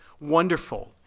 wonderful